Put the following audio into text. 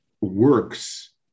works